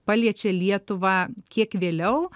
paliečia lietuvą kiek vėliau